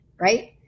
right